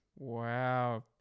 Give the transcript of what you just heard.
Wow